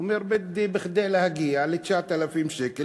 אומר: כדי להגיע ל-9,000 שקלים